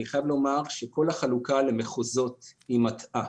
אני חייב לומר שכל החלוקה למחוזות היא מטעה.